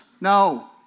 No